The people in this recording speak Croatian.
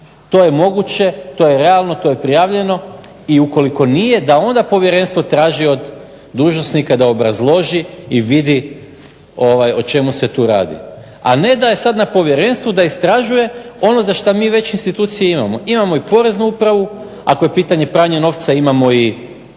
to je moguće, to je realno, to je prijavljeno i ukoliko nije da onda povjerenstvo traži od dužnosnika da obrazloži i vidi o čemu se tu radi, a ne da je sad na povjerenstvu da istražuje ono za što mi već institucije imamo. Imamo i poreznu upravu, ako je pitanje pranja novca imamo i